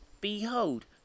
Behold